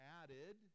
added